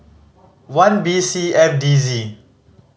one B C F D Z